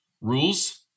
rules